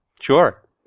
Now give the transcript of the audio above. Sure